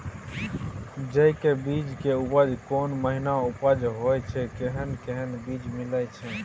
जेय के बीज के उपज कोन महीना उपज होय छै कैहन कैहन बीज मिलय छै?